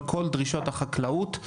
על כל דרישות החקלאות.